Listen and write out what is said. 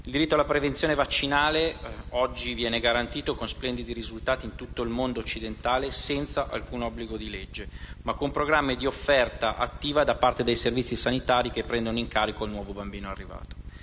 Il diritto alla prevenzione vaccinale oggi viene garantito, con splendidi risultati, in tutto il mondo occidentale, senza alcun obbligo di legge, ma con programmi di offerta attiva da parte dei servizi sanitari che prendono in carico il nuovo bambino arrivato.